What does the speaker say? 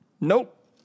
Nope